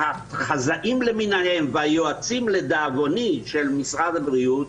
והחזאים למיניהם והיועצים של משרד הבריאות לדאבוני